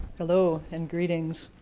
hello and greetings.